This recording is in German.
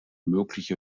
mögliche